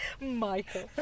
Michael